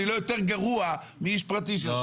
אני לא יותר גרוע מאיש פרטי.